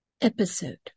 episode